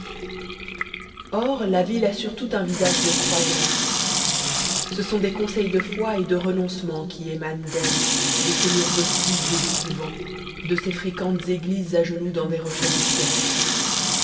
or la ville a surtout un visage de croyante ce sont des conseils de foi et de renoncement qui émanent d'elle de ses murs d'hospices et de couvents de ses fréquentes églises à genoux dans des rochets de pierre